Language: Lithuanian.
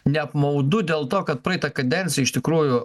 neapmaudu dėl to kad praeitą kadenciją iš tikrųjų